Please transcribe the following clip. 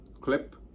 clip